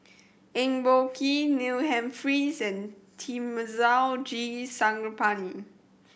Eng Boh Kee Neil Humphreys and Thamizhavel G Sarangapani